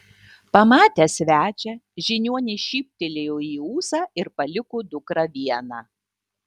pamatęs svečią žiniuonis šyptelėjo į ūsą ir paliko dukrą vieną